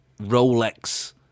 Rolex